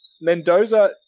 Mendoza